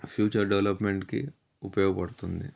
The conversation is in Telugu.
ఫ్యూచర్ డెవలప్మెంట్కి ఉపయోగపడుతుంది